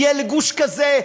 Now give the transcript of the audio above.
יהיה לגוש כזה,